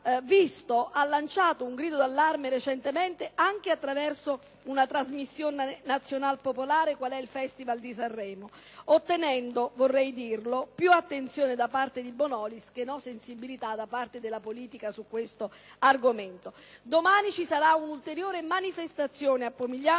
ha lanciato un grido d'allarme recentemente anche attraverso una trasmissione nazional-popolare qual è il festival di Sanremo ottenendo, vorrei dirlo, più attenzione da parte di Bonolis che non sensibilità da parte della politica su questo argomento. Domani ci sarà una ulteriore manifestazione a Pomigliano